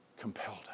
compelled